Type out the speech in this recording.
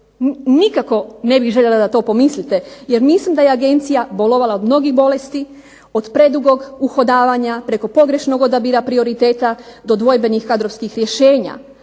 Nikako ne bih željela da to pomislite jer mislim da je agencija bolovala od mnogih bolesti, od predugog uhodavanja preko pogrešnog odabira prioriteta do dvojbenih kadrovskih rješenja,